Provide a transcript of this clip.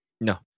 No